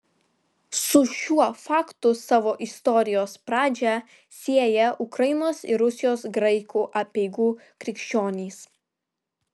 su šiuo faktu savo istorijos pradžią sieją ukrainos ir rusijos graikų apeigų krikščionys